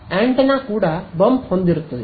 antenna ಕೂಡ bump ಹೊಂದಿರುತ್ತದೆ